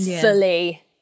fully